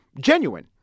genuine